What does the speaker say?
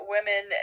women